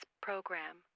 program